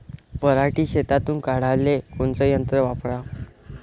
पराटी शेतातुन काढाले कोनचं यंत्र वापराव?